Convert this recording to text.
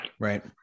right